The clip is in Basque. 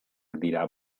dira